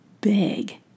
big